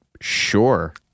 sure